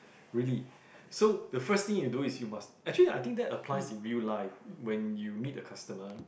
really so the first thing you do is you must actually I think that applies in real life when you meet a customer